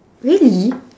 really